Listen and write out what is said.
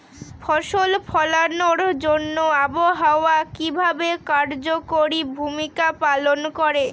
ফসল ফলানোর জন্য আবহাওয়া কিভাবে কার্যকরী ভূমিকা পালন করে?